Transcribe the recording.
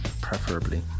preferably